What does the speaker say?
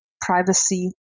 privacy